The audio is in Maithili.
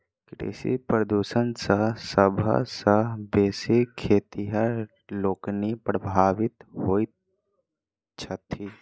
कृषि प्रदूषण सॅ सभ सॅ बेसी खेतिहर लोकनि प्रभावित होइत छथि